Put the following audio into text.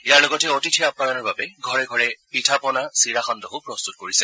ইয়াৰ লগতে অতিথি আপ্যায়নৰ বাবে ঘৰে ঘৰে পিঠা পনা চিৰা সান্দহো প্ৰস্তুত কৰিছে